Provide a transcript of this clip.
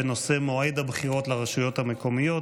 בנושא: מועד הבחירות לרשויות המקומיות.